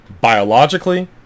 Biologically